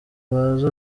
bazi